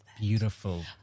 beautiful